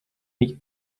nicht